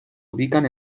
ubican